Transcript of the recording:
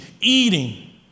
eating